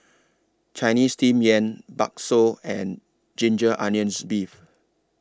Chinese Steamed Yam Bakso and Ginger Onions Beef